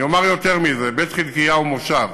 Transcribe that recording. אני אומר יותר מזה: בית-חלקיה הוא מושב,